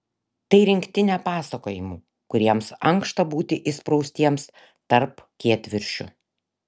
tai rinktinė pasakojimų kuriems ankšta būti įspraustiems tarp kietviršių